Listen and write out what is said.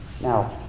Now